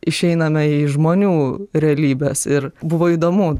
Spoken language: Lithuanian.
išeiname į žmonių realybes ir buvo įdomu